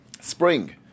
spring